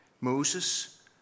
Moses